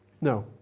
no